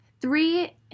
Three